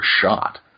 shot